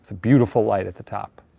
beautiful light at the top.